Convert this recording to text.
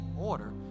order